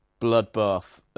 bloodbath